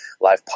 live